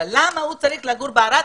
אבל למה הוא צריך לגור בערד,